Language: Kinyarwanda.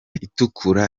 itukura